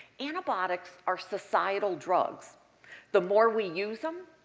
antibiotics are societal drugs the more we use them,